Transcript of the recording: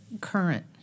current